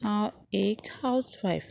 हांव एक house wife